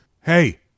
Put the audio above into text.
Hey